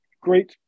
great